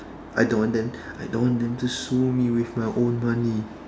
I don't want them I don't want them to sue me with my own money